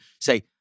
say